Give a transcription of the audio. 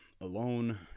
alone